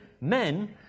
men